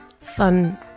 fun